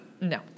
No